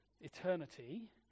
eternity